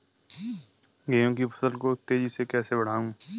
गेहूँ की फसल को तेजी से कैसे बढ़ाऊँ?